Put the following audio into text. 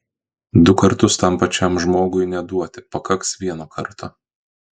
du kartus tam pačiam žmogui neduoti pakaks vieno karto